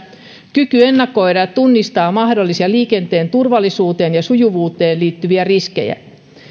kyky ennakoida ja tunnistaa mahdollisia liikenteen turvallisuuteen ja sujuvuuteen liittyviä riskejä